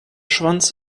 schwanz